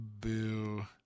Boo